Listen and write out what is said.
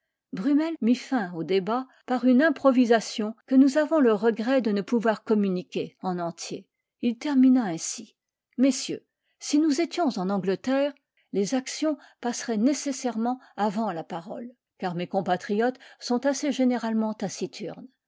brummel mit fin au débat par une improvisation que nous avons le regret de ne pouvoir communiquer en entier il termina ainsi messieurs si nous étions en angleterre les actions passeraient nécessairement avant la parole car mes compatriotes sont assez généralement